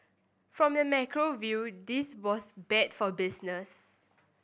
from the macro view this was bad for business